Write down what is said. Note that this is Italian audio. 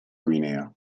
guinea